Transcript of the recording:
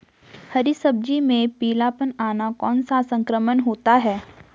हरी सब्जी में पीलापन आना कौन सा संक्रमण होता है?